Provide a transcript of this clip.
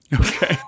Okay